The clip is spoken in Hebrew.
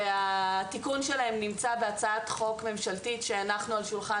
והתיקון שלהם נמצא בהצעת חוק ממשלתית שהנחנו על שולחן